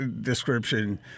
description